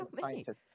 scientists